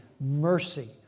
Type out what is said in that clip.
mercy